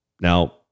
Now